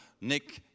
Nick